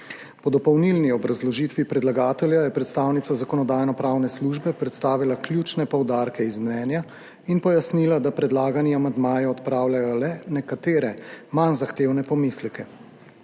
Po dopolnilni obrazložitvi predlagatelja je predstavnica Zakonodajno-pravne službe predstavila ključne poudarke iz mnenja in pojasnila, da predlagani amandmaji odpravljajo le nekatere manj zahtevne pomisleke.